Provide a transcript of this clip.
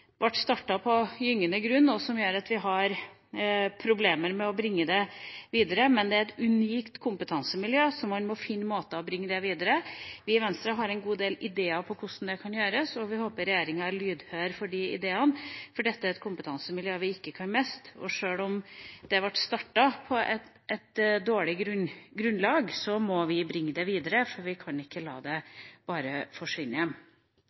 på gyngende grunn, noe som gjør at vi har problemer med å bringe det videre, men det er et unikt kompetansemiljø som man må finne måter for å bringe videre. Vi i Venstre har en god del ideer om hvordan det kan gjøres, og vi håper regjeringa er lydhør for de ideene, for dette er et kompetansemiljø vi ikke kan miste. Og sjøl om det ble startet på et dårlig grunnlag, må vi bringe det videre, for vi kan ikke bare la det forsvinne.